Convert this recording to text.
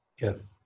Yes